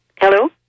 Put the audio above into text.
Hello